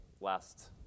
Last